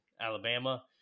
Alabama